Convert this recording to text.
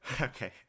Okay